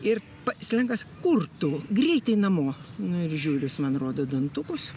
ir pa slenkas kur tu greitai namo na ir žiūriu jis man rodo dantukus